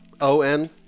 O-N